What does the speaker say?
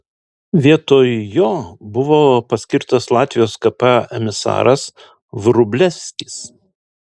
vietoj jo buvo paskirtas latvijos kp emisaras vrublevskis